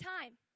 time